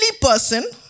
person